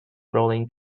rolling